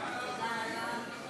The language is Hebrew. למה לא בדיון פתוח?